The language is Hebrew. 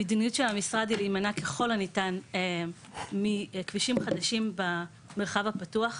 המדיניות של המשרד היא להימנע ככל הניתן מכבישים חדשים במרחב הפתוח,